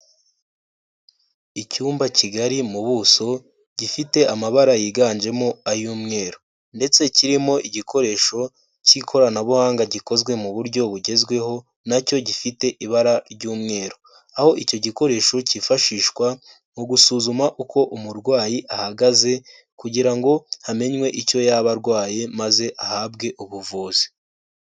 Icyumba kigari mu buso, gifite amabara yiganjemo ayumweru, ndetse kirimo igikoresho cy'ikoranabuhanga gikozwe mu buryo bugezweho, nacyo gifite ibara ry'umweru aho icyo gikoresho cyifashishwa mu gusuzuma uko umurwayi ahagaze, kugira ngo hamenyewe icyo yaba arwaye maze ahabwe ubuvuzi.